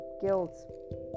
guilt